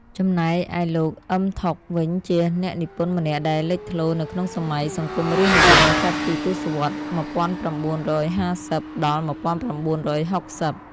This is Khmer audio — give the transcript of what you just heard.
ចំណែកឯលោក អ៊ឹម ថុក វិញជាអ្នកនិពន្ធម្នាក់ដែលលេចធ្លោនៅក្នុងសម័យសង្គមរាស្ត្រនិយម ចាប់ពីទសវត្សរ៍ ១៩៥០-១៩៦០។